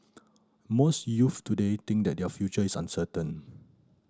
most youths today think that their future is uncertain